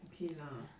okay lah